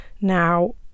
Now